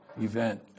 event